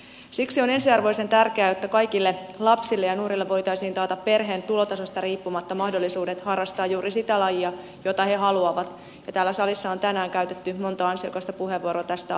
siksi on ensiarvoisen tärkeää että kaikille lapsille ja nuorille voitaisiin taata perheen tulotasosta riippumatta mahdollisuudet harrastaa juuri sitä lajia jota he haluavat täällä salissa on tänään käytetty monta ansiokasta puheenvuoroa tästä aiheesta